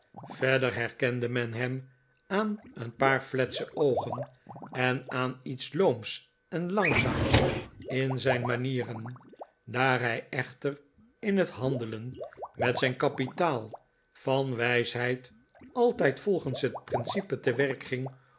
verder herkende men hem aan een paar fletse oogen en aan iets looms en langzaams in zijn manieren daar hij echter in het handelen met zijn kapitaal van wij sheid altij d volgens het principe te werk ging